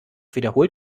wiederholt